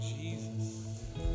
Jesus